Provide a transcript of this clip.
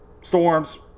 Storms